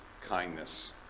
kindness